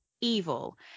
evil